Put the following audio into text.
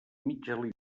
mig